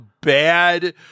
bad